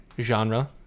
genre